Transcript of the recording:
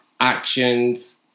actions